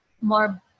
more